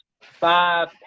five